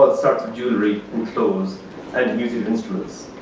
but sorts of jewelry and clothes and musical instruments.